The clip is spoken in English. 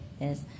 Yes